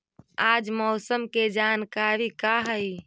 आज मौसम के जानकारी का हई?